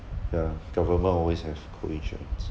ya government always have co insurance